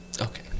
Okay